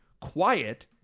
quiet